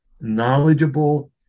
knowledgeable